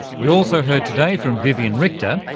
we also heard today from viviane richter,